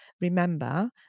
Remember